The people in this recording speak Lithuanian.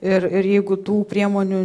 ir ir jeigu tų priemonių